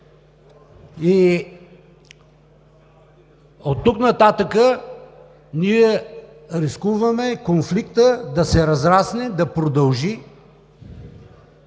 И оттук нататък ние рискуваме конфликтът да се разрасне, да продължи.